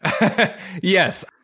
Yes